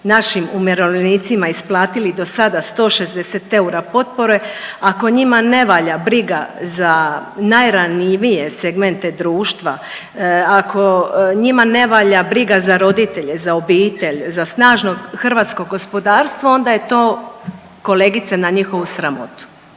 našim umirovljenicima isplatili do sada 160 eura potpore, ako njima ne valja briga za najranjivije segmente društva, ako njima ne valja briga za roditelje, za obitelj, za snažno hrvatsko gospodarstvo onda je to kolegice na njihovu sramotu.